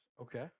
Okay